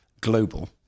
global